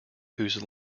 whose